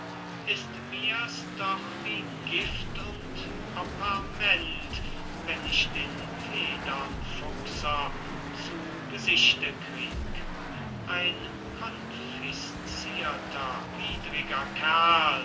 er ist mir's doch wie gift und operment wenn ich den federfuchser zu gesichte krieg ein confiscierter widriger kerl